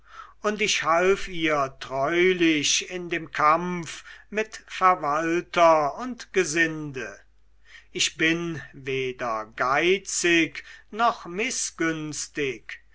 und ich half ihr treulich in dem kampf mit verwalter und gesinde ich bin weder geizig noch mißgünstig